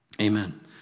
Amen